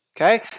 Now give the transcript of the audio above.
okay